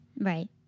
Right